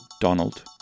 Donald